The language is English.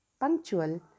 punctual